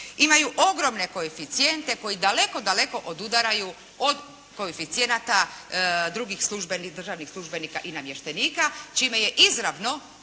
imaju ogromne koeficijente koji daleko, daleko odudaraju od koeficijenata drugih državnih službenika i namještenika, čime je izravno